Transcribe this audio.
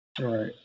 Right